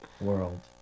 world